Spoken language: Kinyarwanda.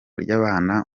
ry’abana